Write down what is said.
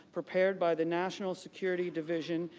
prepared by the national security division,